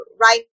right